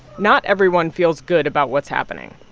not everyone feels good about what's happening.